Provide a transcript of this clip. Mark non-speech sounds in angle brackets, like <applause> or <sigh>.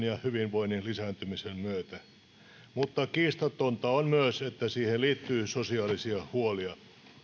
<unintelligible> ja hyvinvoinnin lisääntymisen myötä mutta kiistatonta on myös että siihen liittyy sosiaalisia huolia